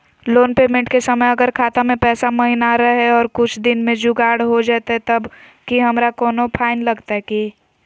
Loan payment के समय अगर खाता में पैसा महिना रहै और कुछ दिन में जुगाड़ हो जयतय तब की हमारा कोनो फाइन लगतय की?